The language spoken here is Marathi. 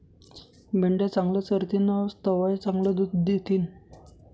मेंढ्या चांगलं चरतीन तवय चांगलं दूध दितीन